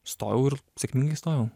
stojau ir sėkmingai įstojau